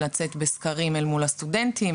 לצאת בסקרים אל מול הסטודנטים,